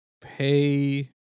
pay